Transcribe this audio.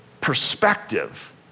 perspective